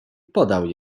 podał